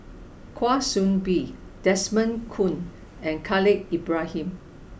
kwa Soon Bee Desmond Kon and Khalil Ibrahim